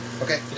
Okay